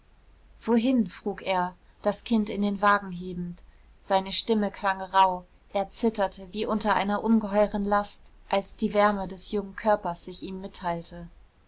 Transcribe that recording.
wohin frug er das kind in den wagen hebend seine stimme klang rauh er zitterte wie unter einer ungeheuren last als die wärme des jungen körpers sich ihm mitteilte